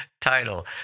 title